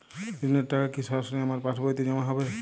ঋণের টাকা কি সরাসরি আমার পাসবইতে জমা হবে?